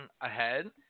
ahead